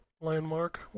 landmark